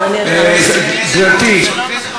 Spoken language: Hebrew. איזה חוק זה סותר?